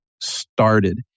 started